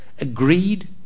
agreed